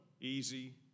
easy